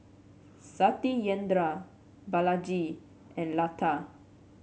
Satyendra Balaji and Lata